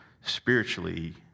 spiritually